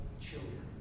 children